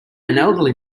elderly